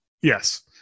Yes